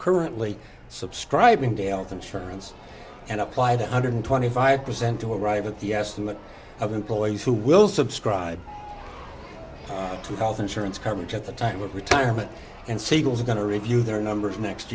currently subscribing to health insurance and applied a hundred twenty five percent to arrive at the estimate of employees who will subscribe to health insurance coverage at the time of retirement and siegel's going to review their numbers next